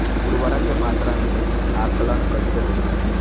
उर्वरक के मात्रा में आकलन कईसे होला?